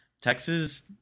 Texas